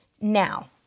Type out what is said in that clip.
Now